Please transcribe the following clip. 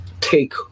take